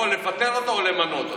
יכול לפטר אותו או למנות אותו.